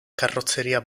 carrozzeria